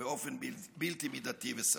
באופן בלתי מידתי וסביר.